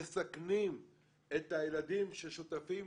מסכנים את הילדים ששותפים,